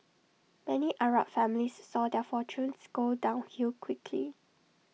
many Arab families saw their fortunes go downhill quickly